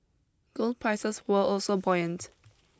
gold prices were also buoyant